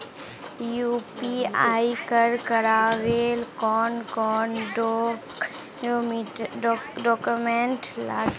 UPI कर करावेल कौन कौन डॉक्यूमेंट लगे है?